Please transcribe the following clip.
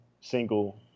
single